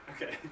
Okay